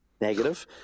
negative